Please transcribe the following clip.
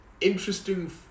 interesting